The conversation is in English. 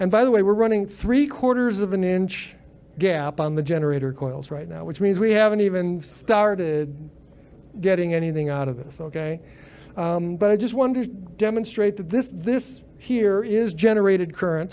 and by the way we're running three quarters of an inch gap on the generator coils right now which means we haven't even started getting anything out of this ok but i just wanted to demonstrate that this this here is generated current